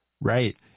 Right